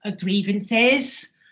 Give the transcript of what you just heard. grievances